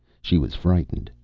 she was frightened,